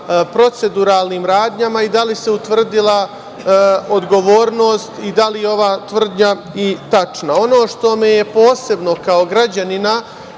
proceduralnim radnjama i da li se utvrdila odgovornost i da li je ova tvrdnja i tačna? Ono što me je posebno kao građanina